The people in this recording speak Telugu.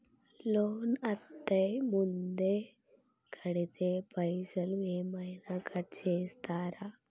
లోన్ అత్తే ముందే కడితే పైసలు ఏమైనా కట్ చేస్తరా?